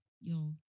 yo